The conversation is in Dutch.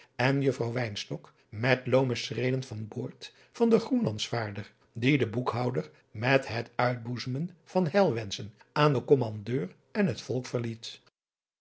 en juffrouw wynstok met loome schreden van boord van den groenlandsvaarder dien de boekhouder met het uitboezemen van heilwenschen aan den kommandeur en het volk verliet